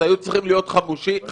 היו צריכים להיות 50,